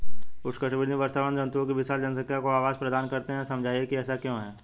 उष्णकटिबंधीय वर्षावन जंतुओं की विशाल जनसंख्या को आवास प्रदान करते हैं यह समझाइए कि ऐसा क्यों है?